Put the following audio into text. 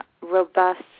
robust